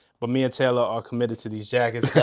but me and taylor are committed to these jackets.